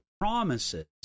promises